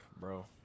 Bro